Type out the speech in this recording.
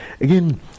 Again